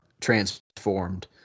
transformed